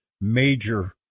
major